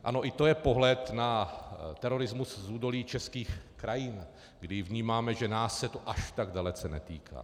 Ano, i to je pohled na terorismus z údolí českých krajů, kdy vnímáme, že nás se to až tak dalece netýká.